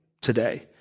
today